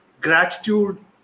gratitude